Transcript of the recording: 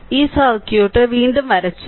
ഈ സർക്യൂട്ട് വീണ്ടും വരച്ചു